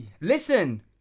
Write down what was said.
Listen